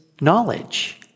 knowledge